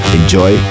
enjoy